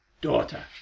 Daughter